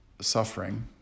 suffering